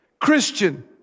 Christian